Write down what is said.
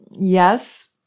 Yes